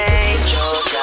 angels